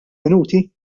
minuti